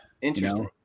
Interesting